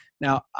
Now